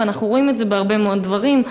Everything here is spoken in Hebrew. ואנחנו רואים את זה בהרבה מאוד דברים.